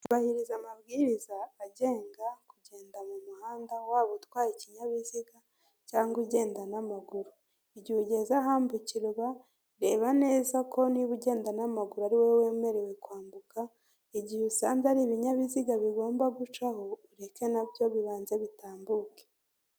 Ubahiriza amabwiriza agenga kugenda mu muhanda, waba utwaye ikinyabiziga cyangwa ugenda n'amaguru, igihe ugeze ahambukirwa, reba neza ko niba ugenda n'amaguru ari wowe wemerewe kwambuka, igihe usanga ari ibinyabiziga bigomba gucaho ureke na byo bibanza bitambuke.